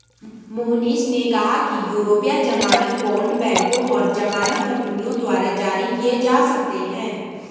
मोहनीश ने कहा कि यूरोपीय ज़मानत बॉण्ड बैंकों और ज़मानत कंपनियों द्वारा जारी किए जा सकते हैं